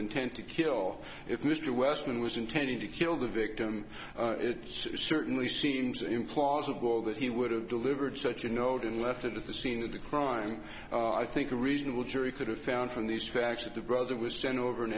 intent to kill if mr weston was intending to kill the victim it certainly seems implausible that he would have delivered such a note and left it at the scene of the crime i think a reasonable jury could have found from these facts the brother was sent over an